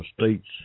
states